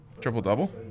Triple-double